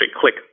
click